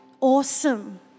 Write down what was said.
Awesome